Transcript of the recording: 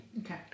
Okay